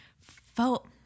felt